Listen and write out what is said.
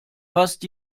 fast